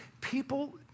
people